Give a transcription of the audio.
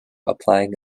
applying